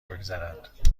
بگذرد